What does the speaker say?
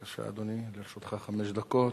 בבקשה, אדוני, לרשותך חמש דקות.